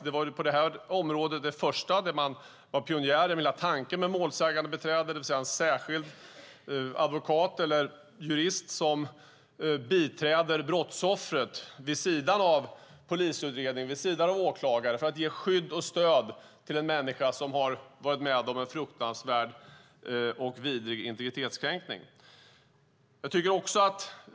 Det var på det området pionjärerna lade fram tanken på ett målsägandebiträde, en särskild advokat eller jurist som biträder brottsoffret vid sidan av polisutredning och åklagare, för att ge skydd och stöd till en människa som har varit med om en fruktansvärd och vidrig integritetskränkning.